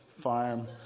farm